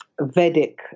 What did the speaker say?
vedic